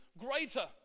greater